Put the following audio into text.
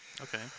Okay